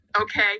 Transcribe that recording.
Okay